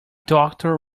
doctor